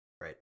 Right